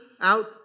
out